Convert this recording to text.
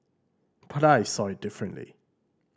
but I saw it differently